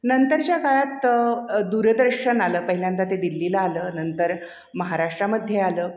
नंतरच्या काळात दूरदर्शन आलं पहिल्यांदा ते दिल्लीला आलं नंतर महाराष्ट्रामध्ये आलं